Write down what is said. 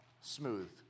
smooth